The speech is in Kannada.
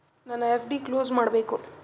ನನ್ನ ಎಫ್.ಡಿ ಕ್ಲೋಸ್ ಮಾಡಬೇಕು